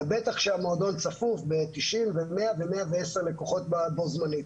ובטח כשהמועדון צפוף ב-90 ו-100 ו-110 לקוחות בו-זמנית.